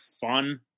fun